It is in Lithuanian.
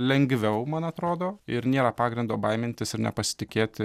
lengviau man atrodo ir nėra pagrindo baimintis ir nepasitikėti